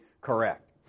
correct